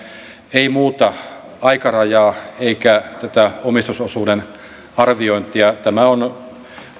ei muuta aikarajaa eikä tätä omistusosuuden arviointia tämä on